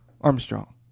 Armstrong